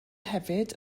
hefyd